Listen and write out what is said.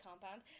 compound